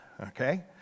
okay